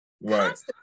right